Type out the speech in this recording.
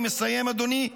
אני מסיים, אדוני.